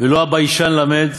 ולא הביישן למד,